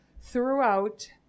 throughout